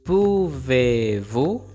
Pouvez-vous